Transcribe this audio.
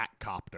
Batcopter